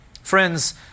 Friends